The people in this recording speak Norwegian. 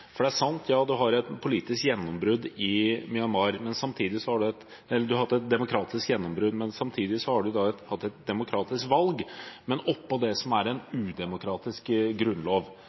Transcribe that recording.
for svaret, men jeg tror nok den faglige vurderingen trenger en politisk vurdering i tillegg. Det er sant at en har et politisk gjennombrudd i Myanmar, men samtidig har en hatt et demokratisk valg – men oppå det som er en udemokratisk grunnlov.